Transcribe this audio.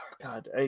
God